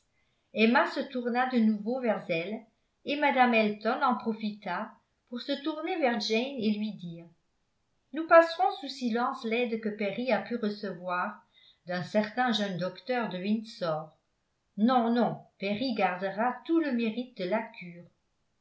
emma se tourna de nouveau vers elle et mme elton en profita pour se tourner vers jane et lui dire nous passerons sous silence l'aide que perry a pu recevoir d'un certain jeune docteur de windsor non non perry gardera tout le mérite de la cure